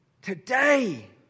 Today